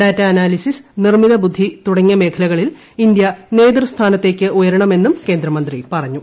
data analysis നിർമ്മിത ബുദ്ധി തുടങ്ങിയ മേഖലകളിൽ ഇന്ത്യ നേതൃസ്ഥാനത്തേക്ക് ഉയരണമെന്നും കേന്ദ്രമന്ത്രി പറഞ്ഞു